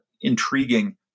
intriguing